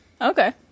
Okay